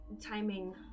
timing